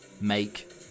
make